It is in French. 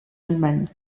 allemagne